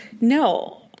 No